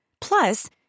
Plus